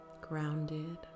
grounded